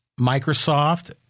Microsoft